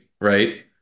right